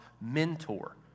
mentor